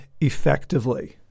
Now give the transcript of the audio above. Effectively